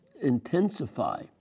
intensify